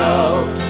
out